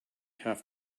have